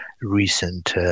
recent